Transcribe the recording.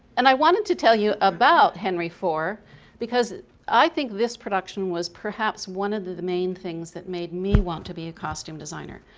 and i wanted to tell you about henry iv because i think this production was perhaps one of the the main things that made me want to be a costume designer.